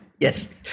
Yes